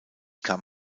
kam